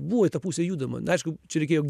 buvo į tą pusę judama nu aišku čia reikėjo